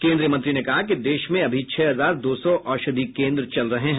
केंद्रीय मंत्री ने कहा कि देश में अभी छह हजार दो सौ औषधि केंद्र चल रहे हैं